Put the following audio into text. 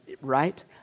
Right